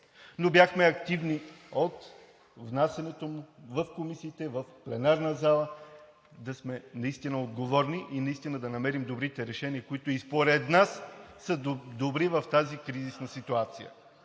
Бяхме активни от внасянето му в Комисиите и в пленарната зала, за да сме наистина отговорни и да намерим добрите решения, които според нас са добри в тази кризисна ситуация